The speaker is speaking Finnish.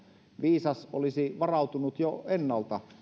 viisas olisi varautunut jo ennalta